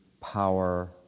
power